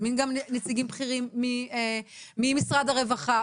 נזמין גם נציגים בכירים ממשרד הרווחה,